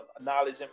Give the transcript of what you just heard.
knowledge